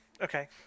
okay